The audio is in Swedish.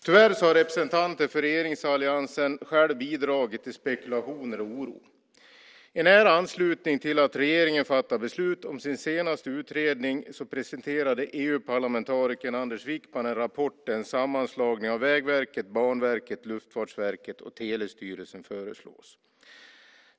Tyvärr har representanten för regeringsalliansen själv bidragit till spekulationer och oro. I nära anslutning till att regeringen fattade beslut om sin senaste utredning presenterade EU-parlamentarikern Anders Wijkman en rapport där en sammanslagning av Vägverket, Banverket, Luftfartsverket och Telestyrelsen föreslås.